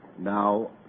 Now